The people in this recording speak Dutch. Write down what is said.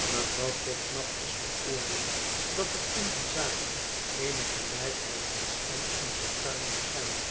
mevrouw podsnap is van oordeel dat er in die zaken eene gelijkheid van stand en fortuin moet zijn